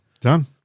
Done